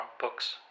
books